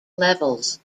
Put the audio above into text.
levels